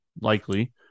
Likely